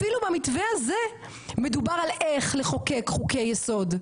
אפילו במתווה הזה מדובר על איך לחוקק חוקי יסוד,